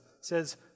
says